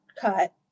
cut